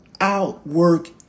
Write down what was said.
outwork